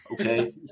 Okay